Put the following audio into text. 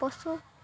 ପଶୁ